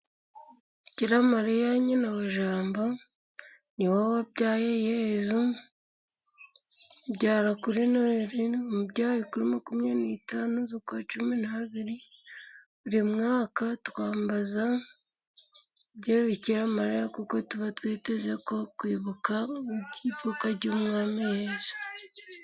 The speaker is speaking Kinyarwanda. Bikiramariya nyina wa Jambo, ni we wabyaye Yezu abyara kuri Noheli, yamubyaye kuri makumyabiri n'eshanu z'ukwa cumi n'abiri. Buri mwaka twambaza Bikiramariya, kuko tuba twiteze ko kwibuka ivuka ry'umwami Yezu.